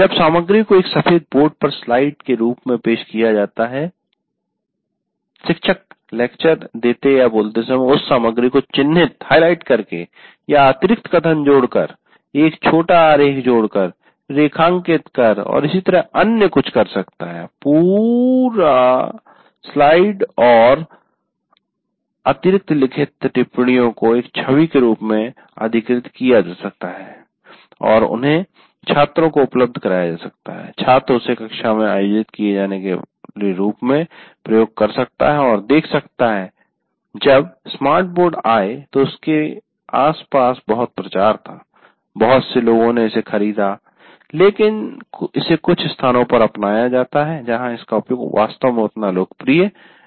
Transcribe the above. जब सामग्री को एक सफेद बोर्ड पर स्लाइड के रूप में पेश किया जाता है - शिक्षक लेक्चर देतेबोलते समय उस सामग्री को चिन्हित हाइलाइट करके या अतिरिक्त कथन जोड़कर एक छोटा आरेख जोड़कर रेखांकित कर और इसी तरह अन्य कुछ कर सकता है पूरी स्लाइड और अतिरिक्त लिखित टिप्पणियों को एक छवि में अधिग्रहित कैप्चर किया जा सकता है और उन्हें छात्रों को उपलब्ध कराया जा सकता है छात्र उसे कक्षा में आयोजित किए जाने वाले रूप में प्रयोग कर सकता है देख सकता है जब स्मार्ट बोर्ड आए तो उसके आसपास बहुत प्रचार था बहुत से लोगों ने इसे खरीदा जबकि इसे कुछ स्थानों पर अपनाया जाता है इसका उपयोग वास्तव में उतना लोकप्रिय नहीं हुआ है